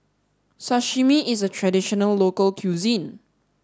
Sashimi is a traditional local cuisine